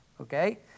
okay